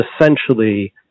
essentially